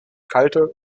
kalte